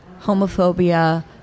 homophobia